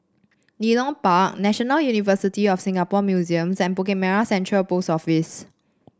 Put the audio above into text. Leedon Park National University of Singapore Museums and Bukit Merah Central Post Office